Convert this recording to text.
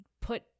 put